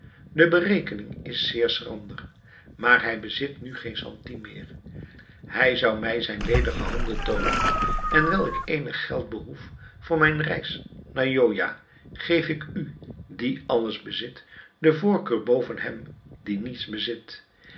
de berekening is zeer schrander maar hij bezit nu geen centime meer hij zou mij zijn ledige handen toonen en wijl ik eenig geld behoef voor mijn reis naar joya geef ik u die alles bezit de voorkeur boven hem die niets bezit